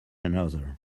another